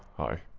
hi